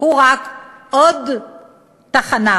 הוא רק עוד תחנה